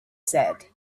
said